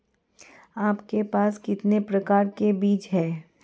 आपके पास कितने प्रकार के बीज हैं?